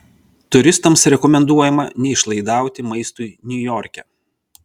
turistams rekomenduojama neišlaidauti maistui niujorke